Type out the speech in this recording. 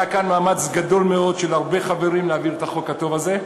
היה כאן מאמץ גדול של הרבה חברים להעביר את החוק הטוב הזה.